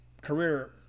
career